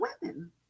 women